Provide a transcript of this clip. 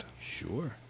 Sure